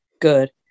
good